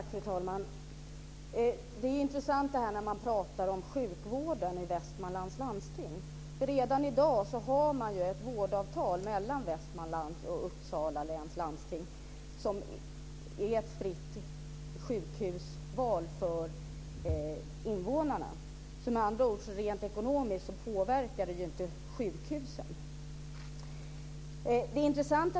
Fru talman! Det intressanta när man talar om sjukvården i Västmanlands läns landsting är att man redan i dag har ett vårdavtal mellan Västmanlands läns landsting och Uppsala läns landsting. Det är ett fritt sjukhusval för invånarna. Med andra ord påverkar det inte sjukhusen rent ekonomiskt.